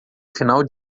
final